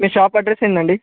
మీ shop address ఏంటి అండి